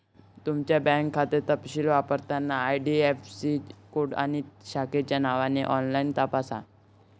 तुमचा बँक खाते तपशील वापरकर्ता आई.डी.आई.ऍफ़.सी कोड आणि शाखेच्या नावाने ऑनलाइन तपासा